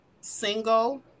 Single